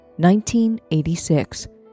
1986